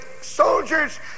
soldiers